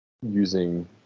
using